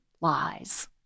lies